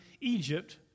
Egypt